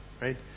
right